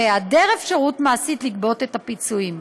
בהיעדר אפשרות מעשית לגבות את הפיצויים.